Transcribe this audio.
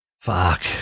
fuck